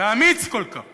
ואמיץ כל כך